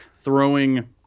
throwing